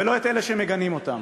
ולא את אלה שמגנים אותם.